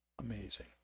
amazing